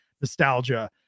nostalgia